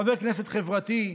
חבר כנסת חברתי,